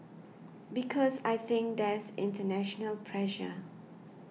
because I think there's international pressure